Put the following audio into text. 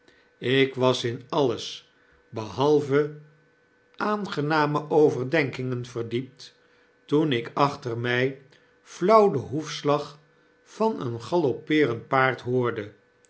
ik was in alles behalve aangename overdenkingen verdiept toen ik achter my fiauw den hoefslag van een galoppeerend paard hoorde